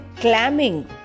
clamming